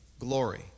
Glory